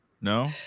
No